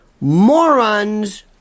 Morons